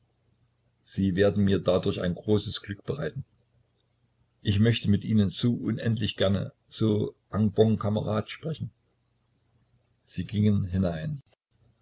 sie werden mir dadurch ein großes glück bereiten ich mochte mit ihnen so unendlich gerne so en bon camarade sprechen sie gingen hinein